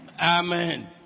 Amen